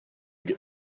get